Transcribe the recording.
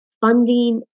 funding